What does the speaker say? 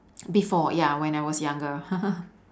before ya when I was younger